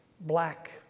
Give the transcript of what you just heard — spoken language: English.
black